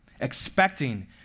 expecting